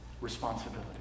responsibility